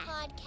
podcast